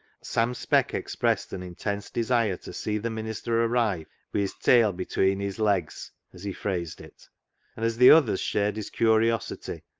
sam speck expressed an intense desire to see the minister arrive wi' his tail between his legs, as he phrased it and, as the others shared his curiosity,